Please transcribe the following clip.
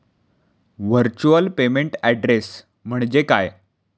Virtual payment address म्हणजे काय?